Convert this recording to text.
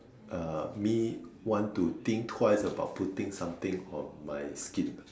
uh me want to think twice about putting something on my skin